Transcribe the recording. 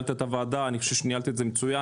ניהלת את הוועדה ואני חושב שניהלת את זה מצוין.